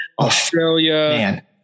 Australia